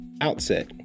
outset